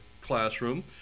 classroom